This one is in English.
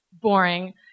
boring